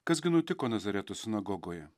kas gi nutiko nazareto sinagogoje